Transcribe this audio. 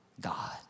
God